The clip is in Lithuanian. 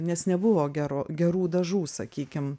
nes nebuvo gero gerų dažų sakykim